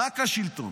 רק השלטון.